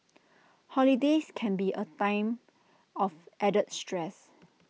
holidays can be A time of added stress